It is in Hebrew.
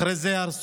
אחרי זה הרסו